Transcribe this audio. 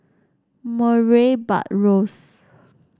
Murray Buttrose